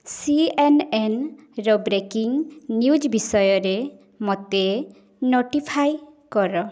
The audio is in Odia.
ସିଏନ୍ଏନ୍ର ବ୍ରେକିଂ ନ୍ୟୁଜ୍ ବିଷୟରେ ମୋତେ ନୋଟିଫାଏ କର